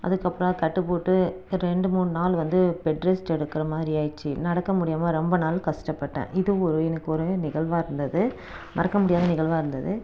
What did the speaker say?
அதுக்கப்புறம் கட்டு போட்டு ரெண்டு மூணு நாள் வந்து பெட் ரெஸ்ட் எடுக்கிற மாதிரி ஆகிட்ச்சி நடக்க முடியாமல் ரொம்ப நாள் கஷ்டப்பட்டேன் இது ஒரு எனக்கு ஒரு நிகழ்வாக இருந்தது மறக்க முடியாத நிகழ்வாக இருந்தது